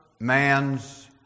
man's